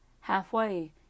Halfway